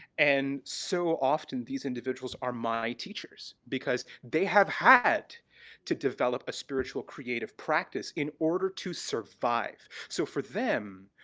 and so often these individuals are my teachers, because they have had to develop a spiritual creative practice in order to survive. so for them,